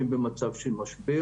שהם במצב של משבר,